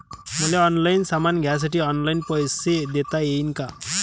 मले ऑनलाईन सामान घ्यासाठी ऑनलाईन पैसे देता येईन का?